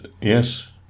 Yes